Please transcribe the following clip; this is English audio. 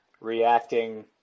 reacting